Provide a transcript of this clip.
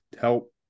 help